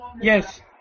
Yes